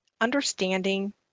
understanding